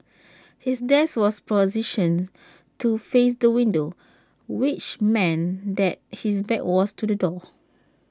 his desk was positioned to face the window which meant that his back was to the door